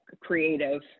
creative